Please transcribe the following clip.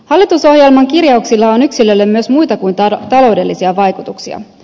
hallitusohjelman kirjauksilla on yksilölle myös muita kuin taloudellisia vaikutuksia